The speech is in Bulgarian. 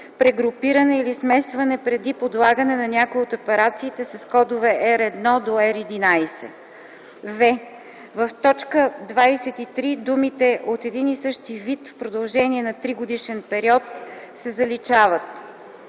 прегрупиране или смесване преди подлагане на някои от операциите с кодове R1 – R11.” в) В т. 23 думите „от един и същи вид в продължение на тригодишен период” се заличават.